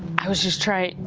i was just trying